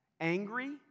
angry